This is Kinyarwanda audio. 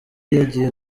yagiye